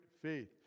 faith